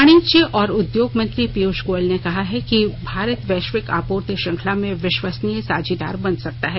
वाणिज्य और उद्योग मंत्री पीयूष गोयल ने कहा है कि भारत वैश्विक आपूर्ति श्रृंखला में विश्वसनीय साझीदार बन सकता है